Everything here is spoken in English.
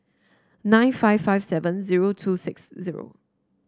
nine five five seven zero two six zero